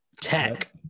Tech